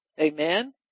Amen